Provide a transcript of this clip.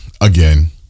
again